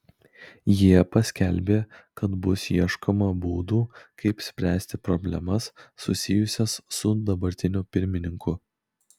jie paskelbė kad bus ieškoma būdų kaip spręsti problemas susijusias su dabartiniu pirmininku